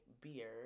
beer